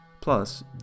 Plus